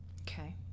Okay